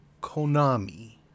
Konami